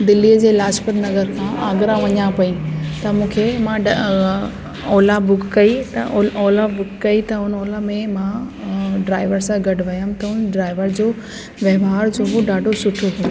दिल्लीअ जे लाजपत नगर खां आगरा वञा पई त मूंखे मां ड ओला बुक कई त ओ ओला बुक कई त उन ओला में मां ड्राइवर सां गॾु वियमि त उन ड्राइवर जो वहिंवार जो हुओ ॾाढो सुठो हुओ